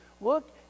Look